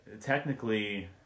technically